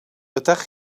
ydych